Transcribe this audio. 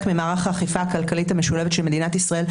ממערך האכיפה הכלכלית המשולבת של מדינת ישראל,